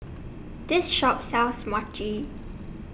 This Shop sells Mochi